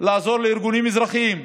לעזור לארגונים אזרחיים.